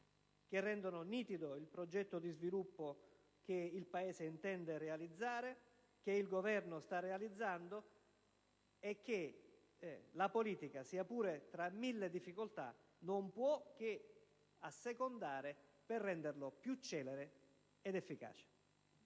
risanamento e nitido il progetto di sviluppo che il Paese intende realizzare, che il Governo sta realizzando e che la politica, sia pure tra mille difficoltà, non può che assecondare, per renderlo più celere ed efficace.